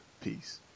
peace